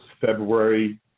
February